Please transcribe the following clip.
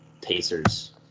Pacers